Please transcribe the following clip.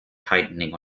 tightening